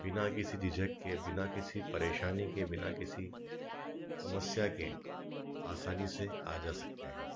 बिना किसी झिझक के बिना किसी परेशानी के बिना किसी समस्या के आसानी से आ जा सकते हैं